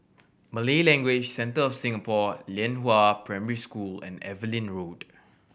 Malay Language Centre of Singapore Lianhua Primary School and Evelyn Road